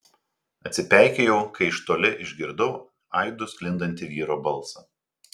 atsipeikėjau kai iš toli išgirdau aidu sklindantį vyro balsą